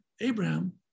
Abraham